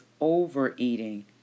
overeating